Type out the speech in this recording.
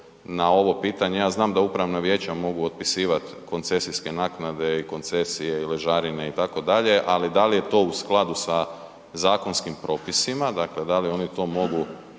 na ovo pitanje, ja znam da upravna vijeća mogu otpisivat koncesijske naknade i koncesije i ležarine itd., ali da je to u skladu sa zakonskim propisima, dakle da li oni to mogu